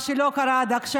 מה שלא קרה עד עכשיו.